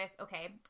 okay